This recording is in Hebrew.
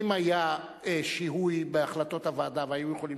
אם היה שיהוי בהחלטות הוועדה והיינו יכולים